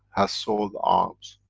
has sold arms.